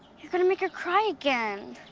you're gonna make her cry again.